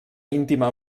íntima